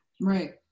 Right